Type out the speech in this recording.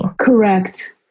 Correct